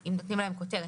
אם נותנים להם כותרת,